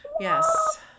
Yes